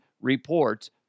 reports